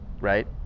right